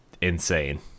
insane